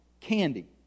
Candy